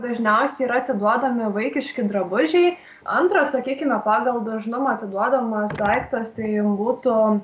dažniausiai yra atiduodami vaikiški drabužiai antras sakykime pagal dažnumą atiduodamas daiktas tai būtų